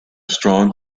strong